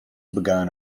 begun